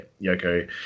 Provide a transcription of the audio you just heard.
Yoko